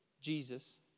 Jesus